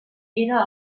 era